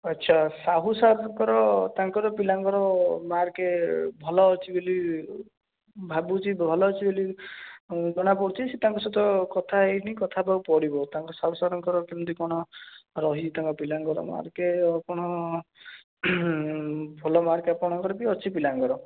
ଆଚ୍ଛା ସାହୁ ସାର୍ଙ୍କର ତାଙ୍କର ପିଲାଙ୍କର ମାର୍କ୍ ଭଲ ଅଛି ବୋଲି ଭାବୁଛି ଭଲ ଅଛି ବୋଲି ଜଣାପଡ଼ୁଛି ସେ ତାଙ୍କ ସହିତ କଥା ହୋଇନି କଥା ହେବାକୁ ପଡ଼ିବ ତାଙ୍କ ସାହୁ ସାର୍ଙ୍କର କେମିତି କ'ଣ ରହିଛି ତାଙ୍କ ପିଲାଙ୍କର ମାର୍କ୍ ଆପଣ ଭଲ ମାର୍କ୍ ଆପଣଙ୍କର ବି ଅଛି ପିଲାଙ୍କର